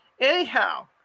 anyhow